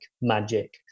magic